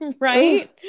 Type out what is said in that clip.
Right